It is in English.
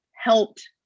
helped